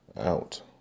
out